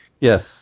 Yes